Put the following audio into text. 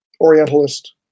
orientalist